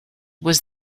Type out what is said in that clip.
was